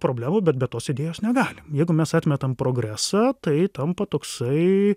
problemų bet be tos idėjos negalim jeigu mes atmetam progresą tai tampa toksai